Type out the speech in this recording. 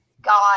got